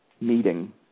meeting